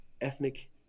ethnic